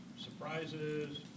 surprises